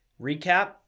Recap